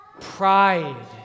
Pride